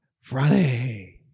Friday